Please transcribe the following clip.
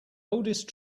oldest